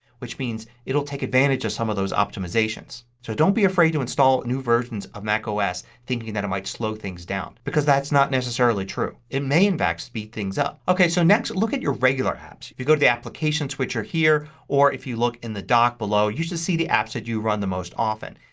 which means it will take advantage of some of those optimizations. so don't be afraid to install new versions of macos thinking that it might slow things down. because that's not necessarily true. it may, in fact, speed things up. okay, so next look at your regular apps. you go to the application switcher here or if you look in the dock below you should see the apps that you run the most often.